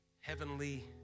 heavenly